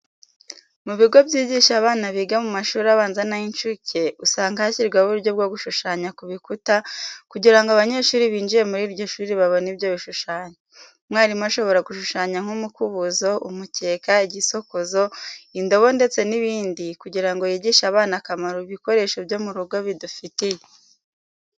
Mu bigo byigisha abana biga mu mashuri abanza n'ay'incuke, usanga hashyirwaho uburyo bwo gushushanya ku bikuta kugira ngo abanyeshuri binjiye muri iryo shuri babone ibyo bishushanyo. Umwarimu ashobora gushushanya nk'umukubuzo, umukeka, igisokozo, indobo ndetse n'ibindi kugira ngo yigishe abana akamaro ibikoresho byo mu rugo bidufitiye.